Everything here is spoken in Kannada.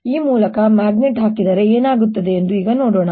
ಈ ಮೂಲಕ ಮ್ಯಾಗ್ನೆಟ್ ಹಾಕಿದರೆ ಏನಾಗುತ್ತದೆ ಎಂದು ಈಗ ನೋಡೋಣ